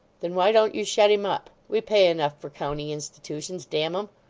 then why don't you shut him up? we pay enough for county institutions, damn em.